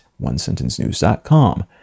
onesentencenews.com